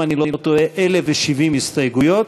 אם אני לא טועה, 1,070 הסתייגויות,